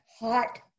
hot